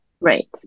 Right